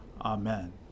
Amen